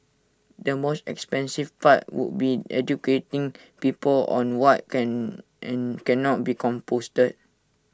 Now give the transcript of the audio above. the most expensive part would be educating people on what can and cannot be composted